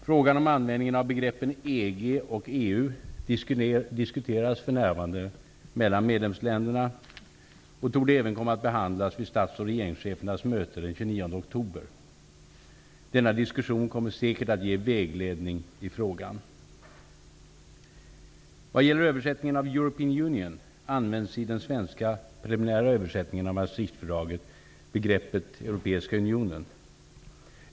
Frågan om användningen av begreppen EG och EU diskuteras för närvarande mellan medlemsländerna och torde även komma att behandlas vid stats och regeringschefernas möte den 29 oktober. Denna diskussion kommer säkert att ge vägledning i frågan. används i den svenska preliminära översättningen av Maastrichtfördraget begreppet ''Europeiska unionen''.